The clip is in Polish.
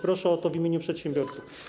Proszę o to w imieniu przedsiębiorców.